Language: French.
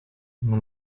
mon